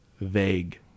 vague